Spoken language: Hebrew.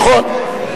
נכון.